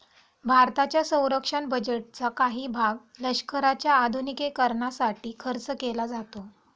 भारताच्या संरक्षण बजेटचा काही भाग लष्कराच्या आधुनिकीकरणासाठी खर्च केला जातो